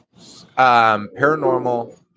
Paranormal